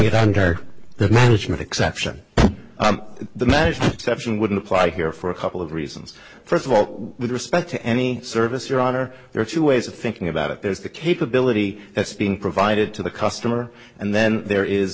get under the illusion of exception the management exception wouldn't apply here for a couple of reasons first of all with respect to any service or honor there are two ways of thinking about it there's the capability that's being provided to the customer and then there is